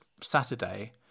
Saturday